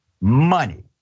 money